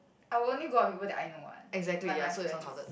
I would only go out with people that I know what like my friends